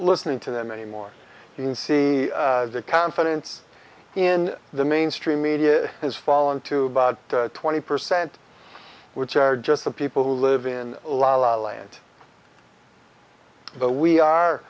listening to them anymore you can see the confidence in the mainstream media has fallen to about twenty percent which are just the people who live in la la land but we are